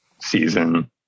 season